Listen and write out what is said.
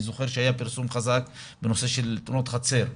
אני זוכר שהיה פרסום חזק בנושא של תאונות חצר.